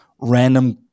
random